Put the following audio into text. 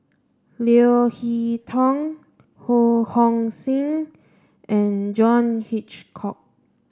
Leo Hee Tong Ho Hong Sing and John Hitchcock